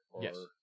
Yes